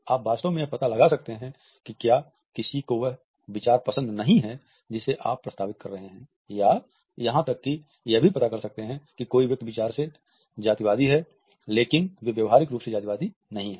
आप वास्तव में यह पता लगा सकते हैं कि क्या किसी को वह विचार पसंद नहीं है जिसे आप प्रस्तावित कर रहे हैं या यहां तक कि यह भी पता कर सकते है की कोई व्यक्ति विचार से जातिवादी है लेकिन वे व्यवहारिक रूप से जातिवादी नहीं हैं